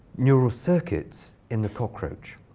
neural circuits in the cockroach?